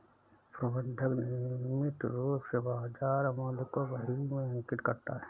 प्रबंधक नियमित रूप से बाज़ार मूल्य को बही में अंकित करता है